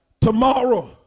Tomorrow